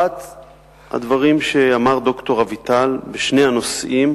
1. הדברים שאמר ד"ר אביטל בשני הנושאים